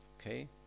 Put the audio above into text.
Okay